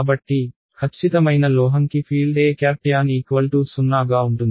కాబట్టి ఖచ్చితమైన లోహంకి ఫీల్డ్ Etan 0 గా ఉంటుంది